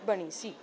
ਬਣੀ ਸੀ